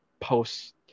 post